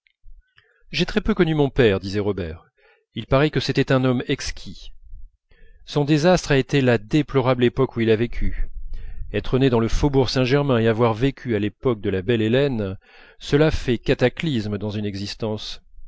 j'ai très peu connu mon père disait robert il paraît que c'était un homme exquis son désastre a été la déplorable époque où il a vécu être né dans le faubourg saint-germain et avoir vécu à l'époque de la belle hélène cela fait cataclysme dans une existence